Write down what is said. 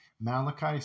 Malachi